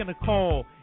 Nicole